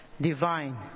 divine